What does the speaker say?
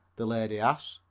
the lady asked.